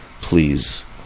Please